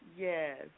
Yes